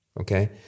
okay